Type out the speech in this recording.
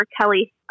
Kelly